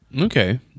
Okay